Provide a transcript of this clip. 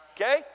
Okay